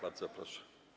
Bardzo proszę.